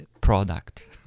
product